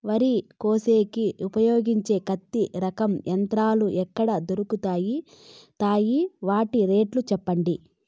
వరి కోసేకి ఉపయోగించే కొత్త రకం యంత్రాలు ఎక్కడ దొరుకుతాయి తాయి? వాటి రేట్లు చెప్పండి?